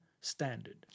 standard